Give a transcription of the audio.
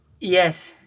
Yes